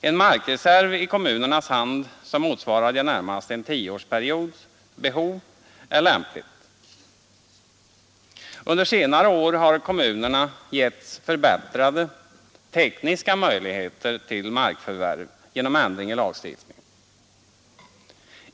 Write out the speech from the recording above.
En markreserv i kommunernas hand som motsvarar den närmaste tioårsperiodens behov är lämplig. Under senare år har kommunerna getts förbättrade tekniska möjligheter till markförvärv genom ändringar i lagstiftningen.